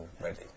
ready